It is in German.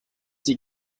die